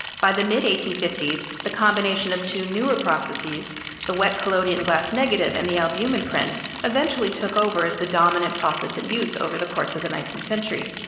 by the mid eighteen fifty s, the combination of two newer processes the wet collodion glass negative and the albumin print eventually took over as the dominant process in use over the course of the nineteenth century.